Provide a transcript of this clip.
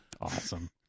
awesome